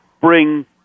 bring